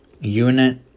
unit